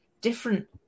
different